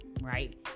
right